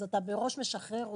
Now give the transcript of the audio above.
אתה מראש משחרר אותו.